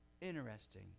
interesting